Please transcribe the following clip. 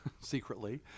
secretly